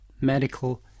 medical